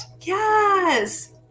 Yes